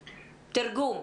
תרגום?